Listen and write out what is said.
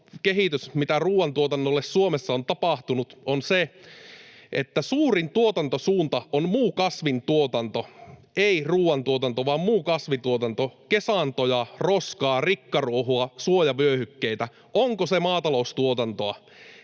kehitys, mitä ruoantuotannolle Suomessa on tapahtunut, on se, että suurin tuotantosuunta on muu kasvintuotanto — ei ruoantuotanto vaan muu kasvintuotanto. Kesantoja, roskaa, rikkaruohoa, suojavyöhykkeitä — onko se maataloustuotantoa?